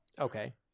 okay